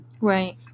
Right